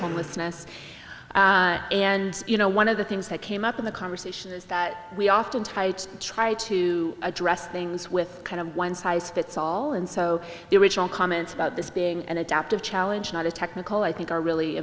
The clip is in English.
homelessness and you know one of the things that came up in the conversation is that we often tight try to address things with kind of one size fits all and so the original comments about this being an adaptive challenge not a technical i think are really